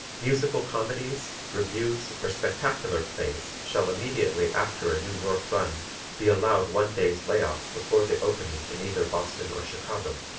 musical comedies, revues or spectacular plays shall immediately after a new york run be allowed one day's lay off before the opening in either boston or chicago.